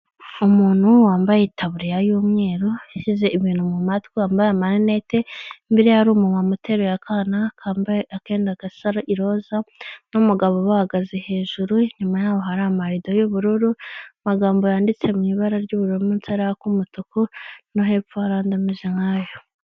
Umuntu wambaye itaburiya y'umweru ushyize ibintu mu matwi wambaye amarinete, imbere ye hari umumama uteruye akana kambaye akenda gasa iroza n'umugabo ubahagaze hejuru, inyuma yabo hari amarido y'ubururu, amagambo yanditse mu ibara ry'ubururu mu nsi hari ak'umutuku no hepfo hari andi ameze nkayo.